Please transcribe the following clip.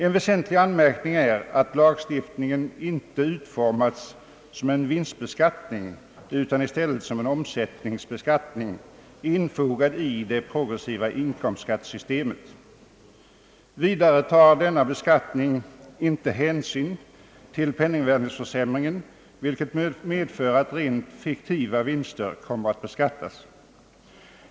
En väsentlig anmärkning är att lagstiftningen inte utformats som en vinstbeskattning utan i stället som en omsättningsbeskattning infogad i det progressiva inkomstskattesystemet. Vidare tar denna beskattning inte hänsyn till penningvärdeförsämringen, vilket medför att rent fiktiva vinster kommer att beskattas.